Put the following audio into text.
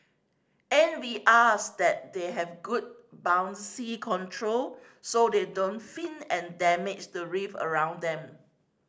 and we ask that they have good buoyancy control so they don't fin and damage the reef around them